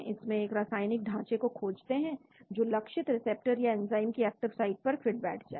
इसमें एक नए रासायनिक ढांचे को खोजते हैं जो लक्षित रिसेप्टर या एंजाइम की एक्टिव साइट पर फिट बैठ जाए